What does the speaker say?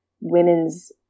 women's